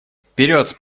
вперед